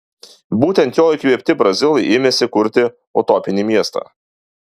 būtent jo įkvėpti brazilai ėmėsi kurti utopinį miestą